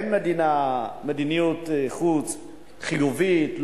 כן מדיניות חוץ חיובית.